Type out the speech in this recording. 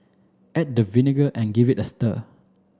add the vinegar and give it a stir